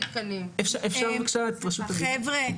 --- חבר'ה,